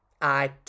I